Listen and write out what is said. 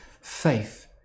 faith